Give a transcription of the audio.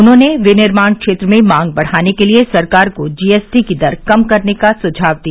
उन्होंने विनिर्माण क्षेत्र में मांग बढ़ाने के लिए सरकार को जीएसटी की दर कम करने का सुझाव दिया